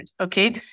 okay